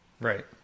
right